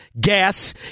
gas